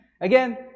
Again